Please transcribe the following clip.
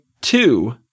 two